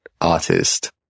artist